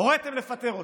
הוריתם לפטר אותם.